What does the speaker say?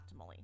optimally